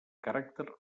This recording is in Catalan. caràcter